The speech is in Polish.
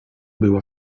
była